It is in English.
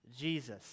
Jesus